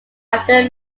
after